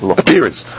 appearance